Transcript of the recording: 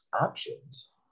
options